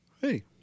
Hey